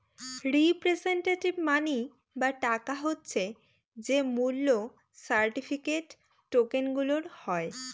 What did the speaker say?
representative money বা টাকা হচ্ছে যে মূল্য সার্টিফিকেট, টকেনগুলার হয়